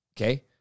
Okay